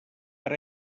per